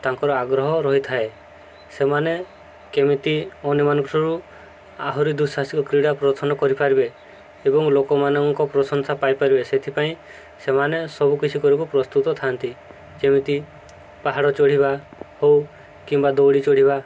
ତାଙ୍କର ଆଗ୍ରହ ରହିଥାଏ ସେମାନେ କେମିତି ଅନ୍ୟମାନଙ୍କଠାରୁ ଆହୁରି ଦୁଃସାହସିକ କ୍ରୀଡ଼ା ପ୍ରୋତ୍ସାହନ କରିପାରିବେ ଏବଂ ଲୋକମାନଙ୍କ ପ୍ରଶଂସା ପାଇପାରିବେ ସେଥିପାଇଁ ସେମାନେ ସବୁକିଛି କରିବାକୁ ପ୍ରସ୍ତୁତ ଥାଆନ୍ତି ଯେମିତି ପାହାଡ଼ ଚଢ଼ିବା ହଉ କିମ୍ବା ଦଉଡ଼ି ଚଢ଼ିବା